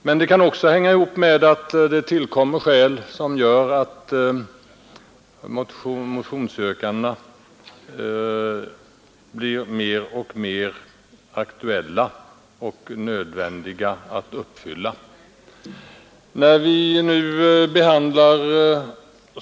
Men det kan också hänga samman med att det tillkommer skäl som gör att motionsyrkandena blir mer och mer aktuella och nödvändiga att tillgodose.